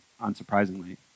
unsurprisingly